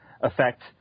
affect